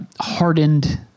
hardened